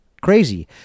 crazy